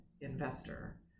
investor